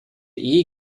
ehe